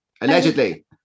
Allegedly